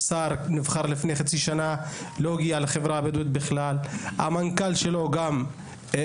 השר שנבחר לפני חצי שנה לא הגיע בכלל לחברה הבדואית והמנכ״ל שלא גם לא.